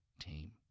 team